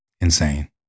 insane